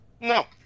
No